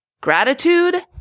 gratitude